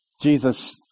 Jesus